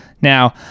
Now